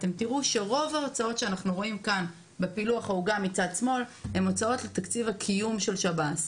רוב ההוצאות שאנחנו רואים בפילוח העוגה הם הוצאות לתקציב הקיום של שב"ס.